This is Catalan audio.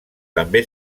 també